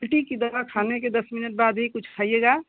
उलटी की दवा खाने के दस मिनट बाद ही कुछ खाइएगा